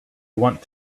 want